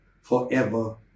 forever